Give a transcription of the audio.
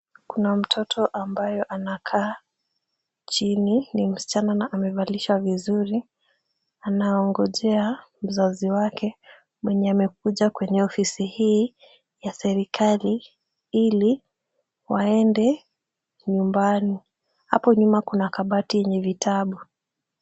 Kuna mtoto ambayo anakaa chini, ni msichana na amevalishwa vizuri, anaongojea mzazi wake mwenye amekuja kwenye ofisi hii ya serikali ili waende nyumbani. Hapo nyuma kuna kabati yenye vitabu.